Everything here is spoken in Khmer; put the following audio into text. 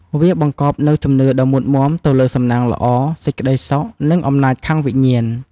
វាបង្កប់នូវជំនឿដ៏មុតមាំទៅលើសំណាងល្អ សេចក្ដីសុខ និងអំណាចខាងវិញ្ញាណ។